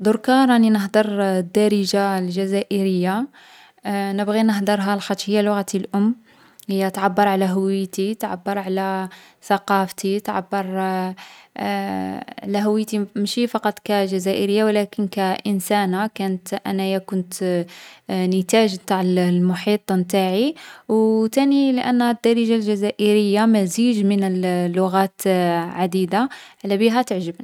ضركا راني نهدر الدارجة الجزائرية. نبغي نهدرها لاخطش هي لغتي الأم. هي تعبّر على هويتي. تعبّر على ثقافتي. تعبّر على هويتي مشي فقط كجزائرية و لكن كإنسانة كانت، أنايا كنت نتاج نتاع الـ المحيط نتاعي. و تاني لأن الدارجة الجزائرية مزيج من الـ لغات عديدة علابيها تعجبني.